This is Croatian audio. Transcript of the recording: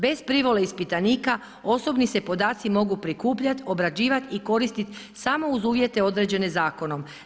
Bez privole ispitanika osobni se podaci mogu prikupljati, obrađivat i koristiti samo uz uvjete određene zakonom.